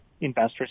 investors